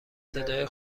صدای